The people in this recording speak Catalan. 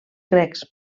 grecs